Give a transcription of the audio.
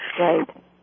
Right